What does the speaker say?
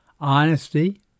honesty